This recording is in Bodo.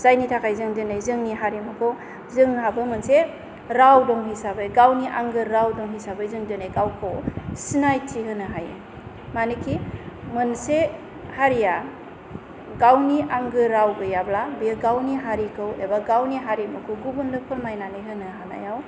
जायनि थाखाय जों दिनै जोंनि हारिमुखौ जोंहाबो मोनसे राव दं हिसाबै गावनि आंगो राव दं हिसाबै जों दिनै गावखौ सिनायथि होनो हायो मानोखि मोनसे हारिया गावनि आंगो राव गैयाब्ला बे गावनि हारिखौ एबा गावनि हारिमुखौ गुबुननो फोरमायनानै होनो हानायाव